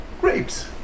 grapes